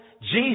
Jesus